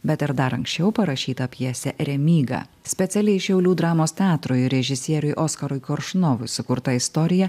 bet ir dar anksčiau parašyta pjesė remyga specialiai šiaulių dramos teatrui režisieriui oskarui koršunovui sukurta istorija